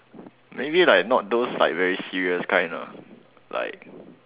maybe like not those like very serious kind lah like